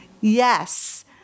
Yes